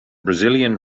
brazilian